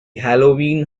halloween